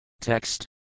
Text